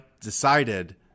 decided